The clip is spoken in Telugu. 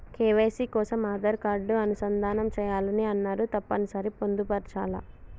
కే.వై.సీ కోసం ఆధార్ కార్డు అనుసంధానం చేయాలని అన్నరు తప్పని సరి పొందుపరచాలా?